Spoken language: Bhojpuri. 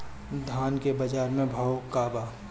धान के बजार में भाव का बा